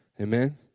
amen